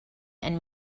and